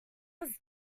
was